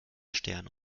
stern